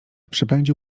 przepędził